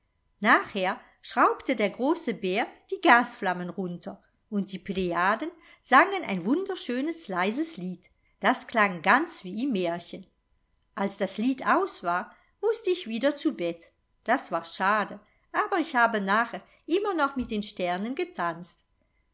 nachher schraubte der große bär die gasflammen runter und die plejaden sangen ein wunderschönes leises lied das klang ganz wie im märchen als das lied aus war mußte ich wieder zu bett das war schade aber ich habe nachher immer noch mit den sternen getanzt